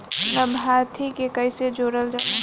लभार्थी के कइसे जोड़ल जाला?